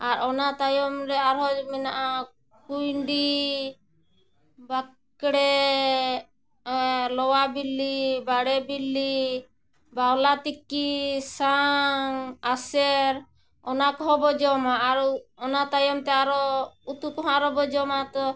ᱟᱨ ᱚᱱᱟ ᱛᱟᱭᱚᱢ ᱨᱮ ᱟᱨᱦᱚᱸ ᱢᱮᱱᱟᱜᱼᱟ ᱠᱩᱭᱰᱤ ᱵᱟᱠᱲᱮ ᱞᱚᱣᱟ ᱵᱤᱞᱤ ᱵᱟᱲᱮ ᱵᱤᱞᱤ ᱵᱟᱣᱞᱟ ᱛᱤᱠᱤ ᱥᱟᱝ ᱟᱥᱮᱨ ᱚᱱᱟ ᱠᱚᱦᱚᱸ ᱵᱚ ᱡᱚᱢᱟ ᱟᱨ ᱚᱱᱟ ᱛᱟᱭᱚᱢ ᱛᱮ ᱟᱨᱚ ᱩᱛᱩ ᱠᱚᱦᱚᱸ ᱟᱨᱚ ᱵᱚ ᱡᱚᱢᱟ ᱛᱚ